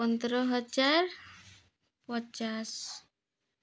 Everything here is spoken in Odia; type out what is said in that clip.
ପନ୍ଦର ହଜାର ପଚାଶ